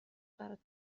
برات